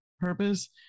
purpose